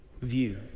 view